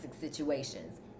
situations